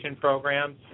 programs